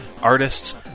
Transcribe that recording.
artists